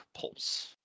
pulse